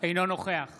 אינו נוכח